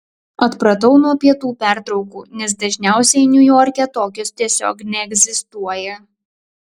atpratau nuo pietų pertraukų nes dažniausiai niujorke tokios tiesiog neegzistuoja